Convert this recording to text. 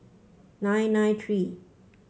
nine nine three